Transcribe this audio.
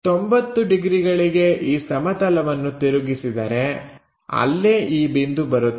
90 ಡಿಗ್ರಿಗಳಿಗೆ ಈ ಸಮತಲವನ್ನು ತಿರುಗಿಸಿದರೆ ಅಲ್ಲೇ ಈ ಬಿಂದು ಬರುತ್ತದೆ